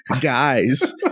guys